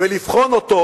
ולבחון אותו,